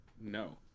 No